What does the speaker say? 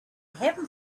heaven